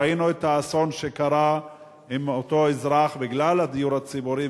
ראינו את האסון שקרה עם אותו אזרח בגלל הדיור הציבורי,